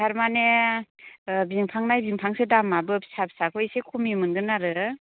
थारमानि बिफां नायै बिफांसो दामआबो फिसा फिसाखौ एसे खमनि मोनगोन आरो